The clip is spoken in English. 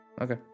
Okay